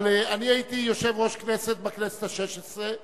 אבל אני הייתי יושב-ראש הכנסת בכנסת השש-עשרה,